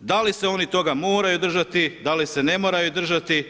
da li se oni toga moraju držati, da li se ne moraju držati.